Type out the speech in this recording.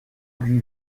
lui